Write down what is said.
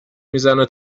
میزنه